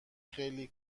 خیلی